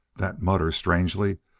that mutter, strangely,